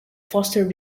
fostered